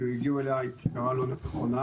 שהגיעו אליה היא פשרה לא נכונה,